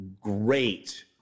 great